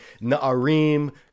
Na'arim